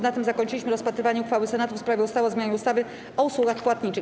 Na tym zakończyliśmy rozpatrywanie uchwały Senatu w sprawie ustawy o zmianie ustawy o usługach płatniczych.